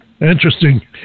interesting